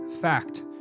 fact